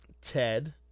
Ted